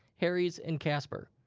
harry's, and casper.